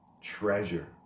treasure